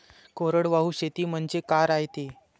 कोरडवाहू शेती म्हनजे का रायते?